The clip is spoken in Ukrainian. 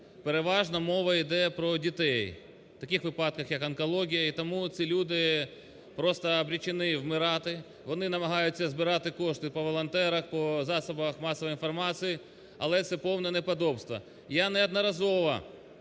Переважно мова йде про дітей в таких випадках як онкологія. І тому ці люди просто приречені вмирати, вони намагаються збирати кошти по волонтерах, по засобах масової інформації, але це повне неподобство. Я неодноразово